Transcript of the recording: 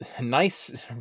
nice